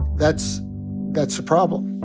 that's that's a problem.